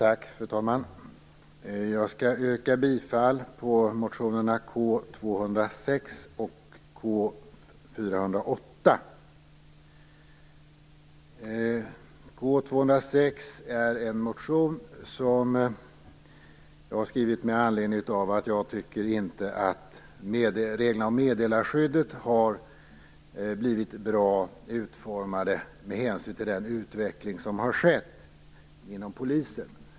Fru talman! Jag skall yrka bifall till motionerna K206 och K408.